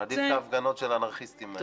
כן, עדיף את ההפגנות של האנרכיסטים האלה.